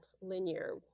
linear